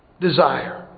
desire